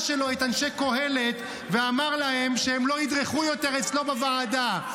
שלו את אנשי קהלת ואמר להם שהם לא ידרכו יותר אצלו בוועדה.